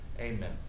Amen